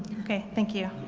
ok. thank you.